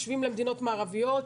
משווים למדינות מערביות.